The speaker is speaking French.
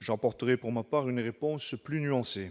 j'apporterais pour ma part une réponse plus nuancée.